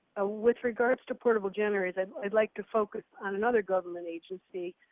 ah with regards to portable generator, i'd i'd like to focus on another government agency,